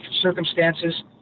circumstances